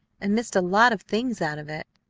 and missed a lot of things out of it.